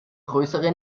größere